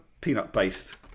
peanut-based